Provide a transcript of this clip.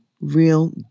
real